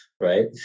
Right